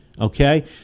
okay